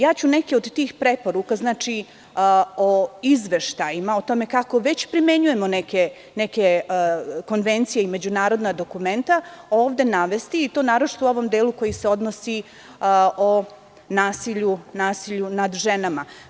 Neke od tih preporuka o izveštajima, o tome kako već primenjujemo neke konvencije i međunarodna dokumenta, ovde ću navesti i to naročito u ovom delu koji se odnosi na nasilje nad ženama.